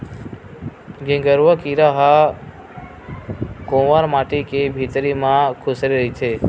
गेंगरूआ कीरा ह कोंवर माटी के भितरी म खूसरे रहिथे